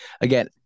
again